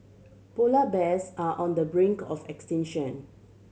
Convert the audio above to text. polar bears are on the brink of extinction